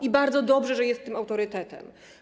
I bardzo dobrze, że jest tym autorytetem.